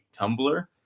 Tumblr